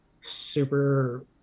Super